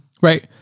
Right